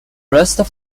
blessed